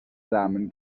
samen